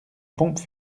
pompe